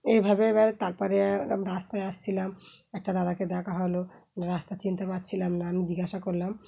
এইভাবে এবার তারপরে রাস্তায় আসছিলাম একটা দাদাকে দেখা হলো রাস্তা চিনতে পাছিলাম না আমি জিজ্ঞাসা করলাম